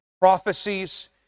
prophecies